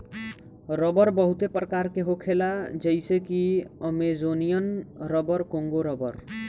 रबड़ बहुते प्रकार के होखेला जइसे कि अमेजोनियन रबर, कोंगो रबड़